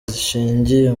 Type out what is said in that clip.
zishingiye